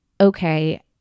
okay